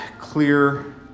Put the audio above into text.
clear